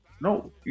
No